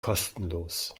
kostenlos